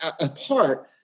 apart